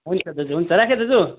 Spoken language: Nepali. हुन्छ दाजु हुन्छ राखेँ दाजु